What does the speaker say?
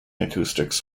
acoustics